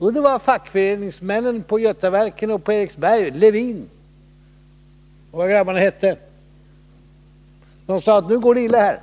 Jo, det var fackföreningsmännen på Götaverken och på Eriksberg, Levin och vad nu grabbarna hette, som sade: Nu går det illa här.